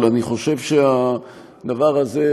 אבל אני חושב שהדבר הזה,